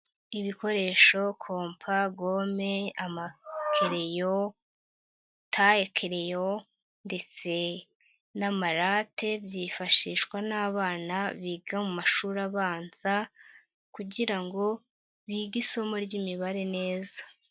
Ibikoresho kompa, gome, amakereyo, tayekereyo ndetse n'amarate byifashishwa n'abana biga mu mashuri abanza kugira ngo bige isomo ry'imibare neza.